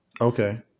Okay